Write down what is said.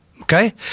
okay